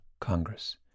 Congress